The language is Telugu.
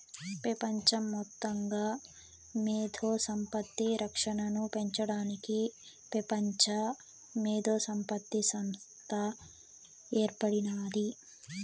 పెపంచ మొత్తంగా మేధో సంపత్తి రక్షనను పెంచడానికి పెపంచ మేధోసంపత్తి సంస్త ఏర్పడినాది